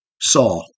saw